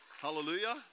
hallelujah